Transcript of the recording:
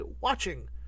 watching